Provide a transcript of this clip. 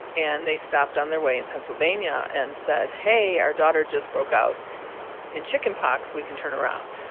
and they stopped on their way in pennsylvania and said, hey. our daughter just broke out in chickenpox. we can turn around.